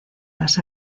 las